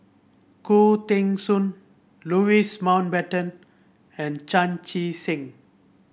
Khoo Teng Soon Louis Mountbatten and Chan Chee Seng